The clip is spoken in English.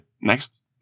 next